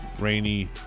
rainy